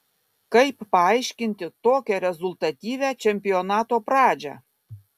kaip paaiškinti tokią rezultatyvią čempionato pradžią